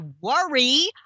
worry